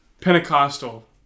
pentecostal